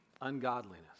Ungodliness